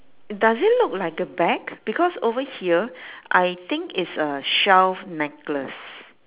does it look like a bag because over here I think it's a shell necklace